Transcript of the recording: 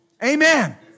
Amen